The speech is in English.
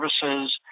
services